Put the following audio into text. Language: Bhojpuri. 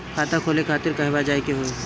खाता खोले खातिर कहवा जाए के होइ?